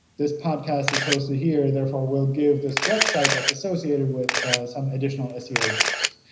this podcast is hosted here. therefore, we'll give this website that's associated with some additional seo boost.